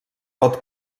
pot